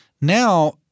now